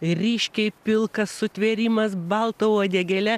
ryškiai pilkas sutvėrimas balta uodegėle